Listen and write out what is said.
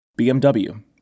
BMW